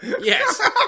Yes